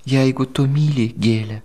jeigu tu myli gėlę